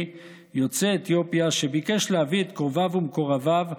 יוצא אתיופיה שביקש להביא את קרוביו ומקורביו,